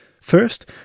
First